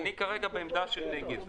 אני כרגע בעמדה של נגד.